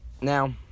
Now